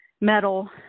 metal